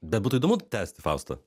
bet būtų įdomu tęsti fausta